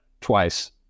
Twice